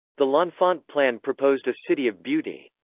the l'enfant plan proposed a city of beauty.